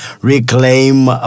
Reclaim